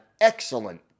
excellent